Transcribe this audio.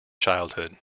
childhood